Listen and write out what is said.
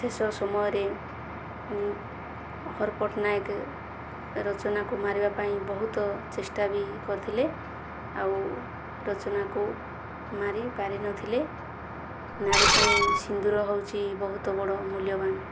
ଶେଷ ସମୟରେ ହର ପଟ୍ଟନାୟକ ରଚନାକୁ ମାରିବା ପାଇଁ ବହୁତ ଚେଷ୍ଟା ବି କରିଥିଲେ ଆଉ ରଚନାକୁ ମାରିପାରିନଥିଲେ ନାରୀ ପାଇଁ ସିନ୍ଦୂର ହେଉଛି ବହୁତ ବଡ଼ ମୁଲ୍ୟବାନ